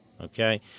Okay